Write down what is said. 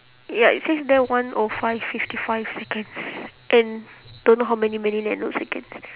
ya it says there one O five fifty five seconds and don't know how many million nanoseconds